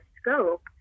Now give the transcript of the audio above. scope